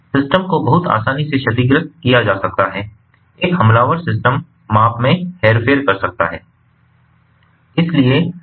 system को बहुत आसानी से क्षतिग्रस्त किया जा सकता है एक हमलावर सिस्टम माप में हेरफेर कर सकता है